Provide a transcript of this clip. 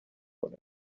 کنه